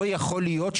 לא יכול להיות,